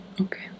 Okay